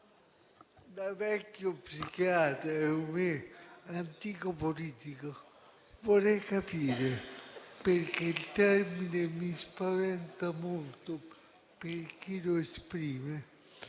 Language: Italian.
Da vecchio psichiatra e antico politico vorrei capire, perché il termine mi spaventa molto per chi lo esprime,